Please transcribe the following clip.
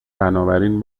بنابراین